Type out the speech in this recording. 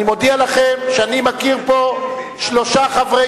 אני מודיע לכם שאני מכיר פה שלושה חברי